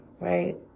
right